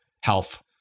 health